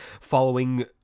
following